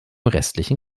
restlichen